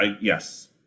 Yes